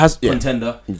Contender